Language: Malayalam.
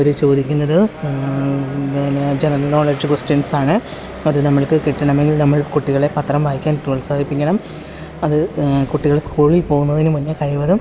അവര് ചോദിക്കുന്നത് പിന്നെ ജനറൽ നോളേജ് കൊസ്റ്റിൻസ് ആണ് അത് നമ്മൾക്ക് കിട്ടണമെങ്കിൽ നമ്മൾ കുട്ടികളേ പത്രം വായിക്കാൻ പ്രോത്സാഹിപ്പിക്കണം അത് കുട്ടികൾ സ്കൂളിൽ പോകുന്നതിനുമുന്നേ കഴിവതും